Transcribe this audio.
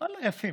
ואללה, יפים.